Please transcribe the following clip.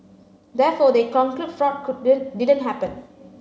therefore they conclude fraud couldn't didn't happen